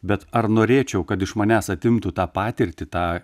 bet ar norėčiau kad iš manęs atimtų tą patirtį tą